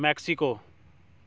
Mexico